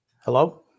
Hello